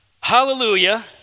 hallelujah